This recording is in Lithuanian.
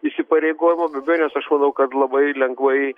įsipareigojimo be abejonės aš manau kad labai lengvai